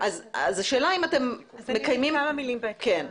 אז השאלה אם אתם מקיימים --- אני אגיד כמה מילים בהקשר הזה.